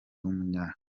w’umunya